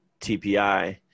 TPI